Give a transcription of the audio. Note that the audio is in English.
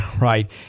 Right